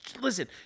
listen